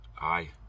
aye